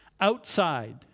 Outside